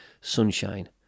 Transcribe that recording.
sunshine